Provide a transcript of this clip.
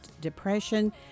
depression